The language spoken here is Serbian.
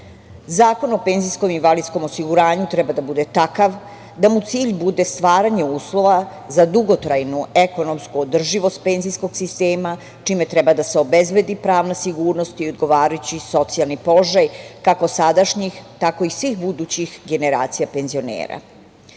Zakon o penzijskom i invalidskom osiguranju treba da bude takav da mu cilj bude stvaranje uslova za dugotrajnu ekonomsku održivost penzijskog sistema, čime treba da se obezbedi pravna sigurnost i odgovarajući socijalni položaj kako sadašnjih, tako i svih budućih generacija penzionera. Polazeći